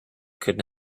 could